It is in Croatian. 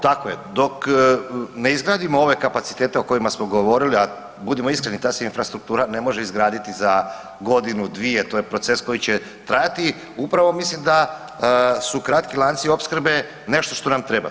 Dakle, dok ne izgradimo ove kapacitete o kojima smo govorili, a budimo iskreni, ta se infrastruktura ne može izgraditi za godinu, dvije, to je proces koji će trajati, upravo mislim da su kratki lanci opskrbe nešto što nam treba.